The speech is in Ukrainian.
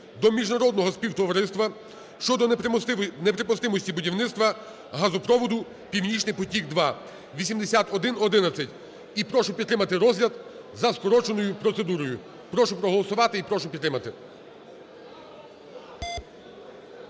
до Міжнародного співтовариства щодо неприпустимості будівництва газопроводу "Північний потік 2" (8111). І прошу підтримати розгляд за скороченою процедурою. Прошу проголосувати і прошу підтримати.